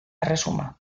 erresuma